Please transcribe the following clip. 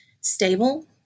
stable